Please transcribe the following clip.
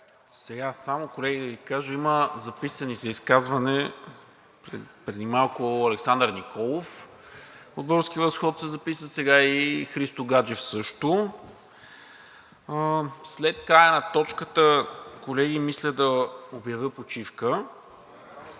Колеги, само да Ви кажа, има записани за изказване: преди малко Александър Николов от „Български възход“ се записа, сега и Христо Гаджев също. След края на точката, колеги, мисля да обявя почивка,